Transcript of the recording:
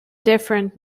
different